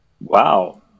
Wow